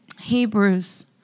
Hebrews